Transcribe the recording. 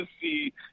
see